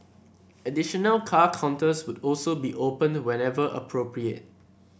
additional car counters would also be opened whenever appropriate